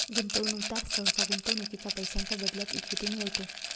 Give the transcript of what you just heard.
गुंतवणूकदार सहसा गुंतवणुकीच्या पैशांच्या बदल्यात इक्विटी मिळवतो